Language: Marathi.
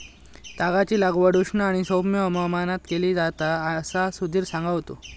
तागाची लागवड उष्ण व सौम्य हवामानात केली जाता असा सुधीर सांगा होतो